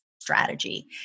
strategy